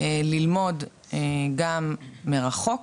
ללמוד גם מרחוק.